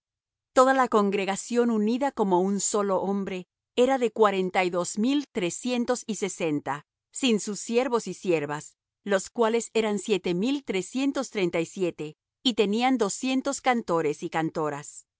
toda la congregación unida como un solo hombre era de cuarenta y dos mil trescientos y sesenta sin sus siervos y siervas los cuales eran siete mil trescientos treinta y siete y tenían doscientos cantores y cantoras